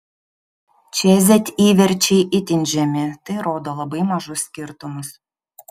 čia z įverčiai itin žemi tai rodo labai mažus skirtumus